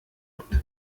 kommt